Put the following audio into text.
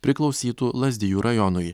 priklausytų lazdijų rajonui